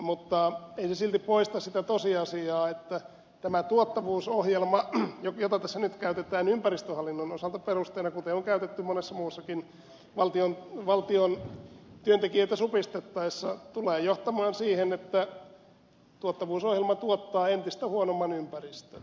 mutta ei se silti poista sitä tosiasiaa että tämä tuottavuusohjelma jota tässä nyt käytetään ympäristöhallinnon osalta perusteena kuten on käytetty monessa muussakin kohdassa valtion työntekijöitä supistettaessa tulee johtamaan siihen että tuottavuusohjelma tuottaa entistä huonomman ympäristön valitettavasti